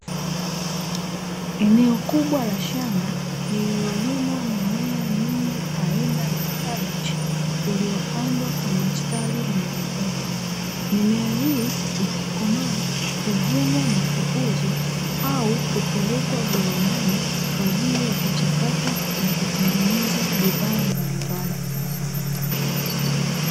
Eneo kubwa la shamba lililolimwa mimea mingi aina ya kabichi, iliyopandwa kwa mistari minyoofu. Mimea hii ikikomaa, huvunwa na kuuzwa au kupelekwa viwandani, kwa ajili ya kuchakatwa, na kutengeneza bidhaa mbalimbali.